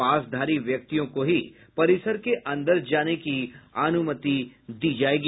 पासधारी व्यक्तियों को ही परिसर के अंदर जाने की अनुमति दी जायेगी